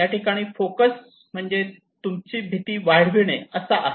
या ठिकाणी फोकस म्हणजे तुमची भीती वाढविणे असा आहे